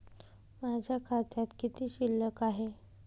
माझ्या खात्यात किती शिल्लक आहे?